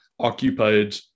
Occupied